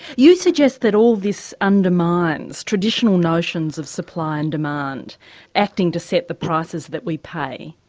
you suggest that all this undermines traditional notions of supply and demand acting to set the prices that we pay?